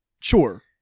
Sure